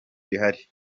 bihari